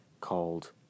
Called